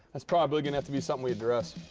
that's probably gonna have to be something we address.